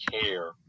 care